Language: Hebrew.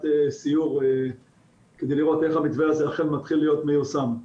סיור כדי לראות איך המתווה הזה עכשיו מתחיל להיות מיושם.